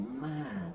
mad